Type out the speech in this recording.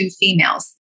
females